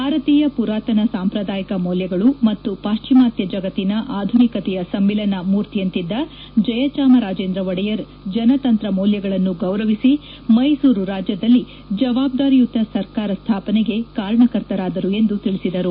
ಭಾರತೀಯ ಪುರಾತನ ಸಾಂಪ್ರದಾಯಿಕ ಮೌಲ್ವಗಳು ಮತ್ತು ಪಾಶ್ವಿಮಾತ್ವ ಜಗತ್ತಿನ ಆಧುನಿಕತೆಯ ಸಮ್ಮಿಲನ ಮೂರ್ತಿಯಂತಿದ್ದ ಚಾಮರಾಜೇಂದ್ರ ಒಡೆಯರ್ ಜನತಂತ್ರ ಮೌಲ್ಲಗಳನ್ನು ಗೌರವಿಸಿ ಮ್ಯೆಸೂರು ರಾಜ್ಲದಲ್ಲಿ ಜವಾಬ್ದಾರಿಯುತ ಸರ್ಕಾರ ಸ್ಥಾಪನೆಗೆ ಕಾರಣಕರ್ತರಾದರು ಎಂದು ತಿಳಿಸಿದರು